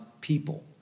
people